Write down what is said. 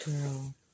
girl